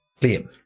Liam